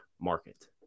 market